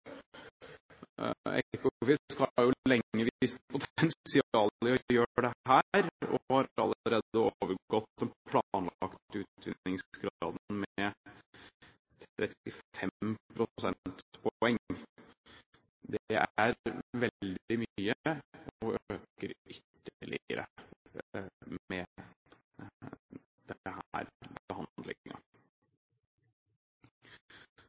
Ekofisk har jo lenge vist potensial i å gjøre dette og har allerede overgått den planlagte utvinningsgraden med 35 prosentpoeng. Det er veldig mye, og øker ytterligere med denne behandlingen. Det er